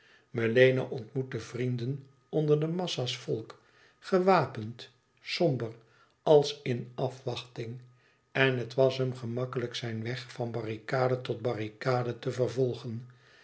melena ontmoette vrienden onder de massa's volk gewapend e ids aargang somber als in afwachting en het was hem gemakkelijk zijn weg van barrikade tot barrikade te vervolgen